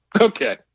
Okay